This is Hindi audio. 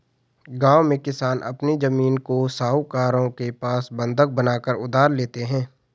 गांव में किसान अपनी जमीन को साहूकारों के पास बंधक बनाकर उधार लेते हैं